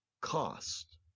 cost